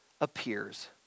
appears